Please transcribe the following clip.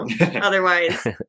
Otherwise